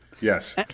yes